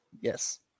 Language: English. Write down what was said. Yes